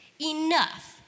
enough